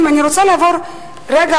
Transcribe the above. אני רוצה לעבור לרגע,